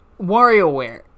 WarioWare